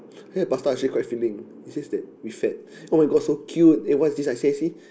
I had pasta actually quite filling is just that we fat [oh]-my-god so cute eh what is this I see I see